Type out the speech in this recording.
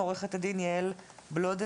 עורכת הדין יעל בלונדהיים,